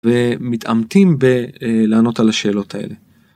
ומתעמתים בלענות על השאלות האלה.